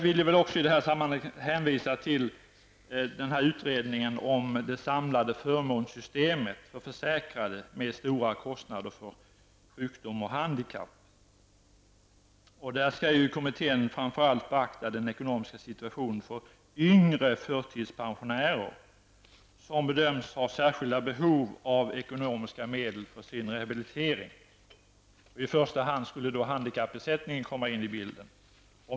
I detta sammanhang vill jag hänvisa till en utredning om det samlade förmånssystemet för försäkrade med stora kostnader vid sjukdom och handikapp. Där skall kommittén framför allt beakta den ekonomiska situationen för yngre förtidspensionärer, som bedöms ha särskilda behov av ekonomiska medel för sin rehabilitering. I första hand skulle alltså handikappersättning alltså komma in i bilden.